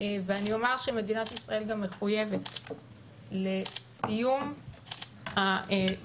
ואני אומר שמדינת ישראל גם מחויבת לסיום מערכת